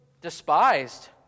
despised